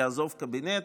יעזוב את הקבינט.